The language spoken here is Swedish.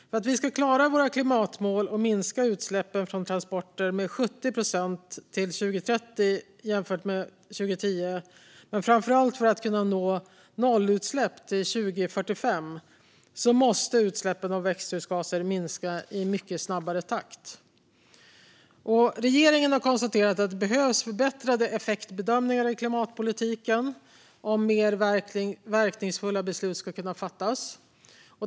För att klara våra klimatmål och minska utsläppen från transporter med 70 procent till 2030 jämfört med 2010 men framför allt för att kunna nå nollutsläpp till 2045 måste utsläppen av växthusgaser minska i mycket snabbare takt. Regeringen har konstaterat att det behövs förbättrade effektbedömningar i klimatpolitiken om mer verkningsfulla beslut ska kunna fattas.